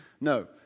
No